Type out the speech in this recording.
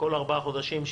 כל ארבעה חודשים,